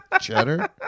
Cheddar